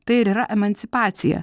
tai ir yra emancipacija